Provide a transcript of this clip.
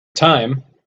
time